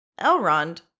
Elrond